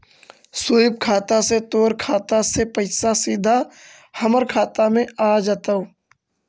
स्वीप खाता से तोर खाता से पइसा सीधा हमर खाता में आ जतउ